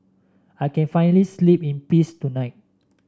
I can finally sleep in peace tonight